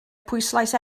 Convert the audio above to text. pwyslais